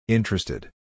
Interested